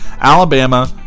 Alabama